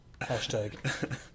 hashtag